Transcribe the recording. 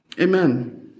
Amen